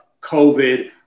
COVID